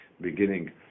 beginning